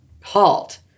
halt